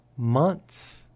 months